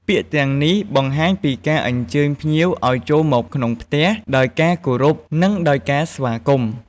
ពាក្យទាំងនេះ បង្ហាញពីការអញ្ជើញភ្ញៀវឲ្យចូលមកក្នុងផ្ទះដោយការគោរព និងដោយការស្វាគមន៍។